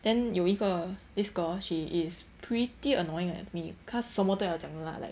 then 有一个 this girl she is is pretty annoying like 她什么都要讲的 lah like